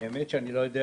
האמת שאני לא יודע